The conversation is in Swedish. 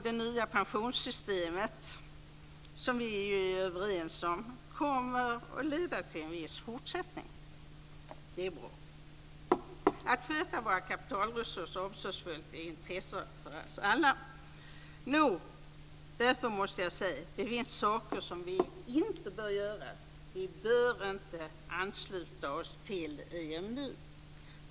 Det nya pensionssystemet, som vi ju är överens om, kommer att leda till en viss fortsättning. Det är bra. Att sköta våra kapitalresurser omsorgsfullt är av intresse för oss alla. Därför måste jag säga att det finns saker som vi inte bör göra. Vi bör inte ansluta oss till EMU.